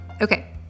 Okay